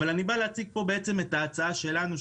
אני רוצה להציג פה את ההצעה שלנו,